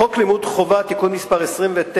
חוק לימוד חובה (תיקון מס' 29)